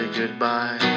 goodbye